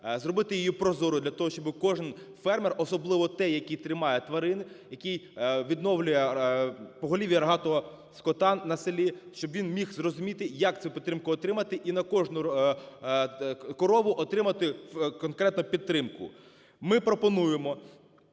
зробити їх прозорою для того, щоби кожен фермер, особливо той, який тримає тварин, який відновлює поголів'я рогатого скота на селі, щоб він міг зрозуміти, як цю підтримку отримати, і на кожну корову отримати конкретну підтримку. Ми пропонуємо